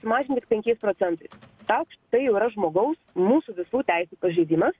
sumažint tik penkiais procentais taukšt tai jau yra žmogaus mūsų visų teisių pažeidimas